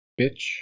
bitch